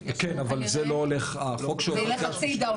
כנראה זה יילך הצידה,